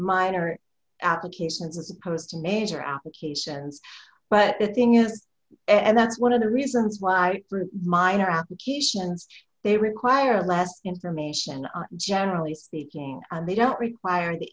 minor applications as opposed to major applications but the thing is and that's one of the reasons why minor accusations they require less information are generally speaking and they don't require the